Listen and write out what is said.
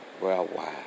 worldwide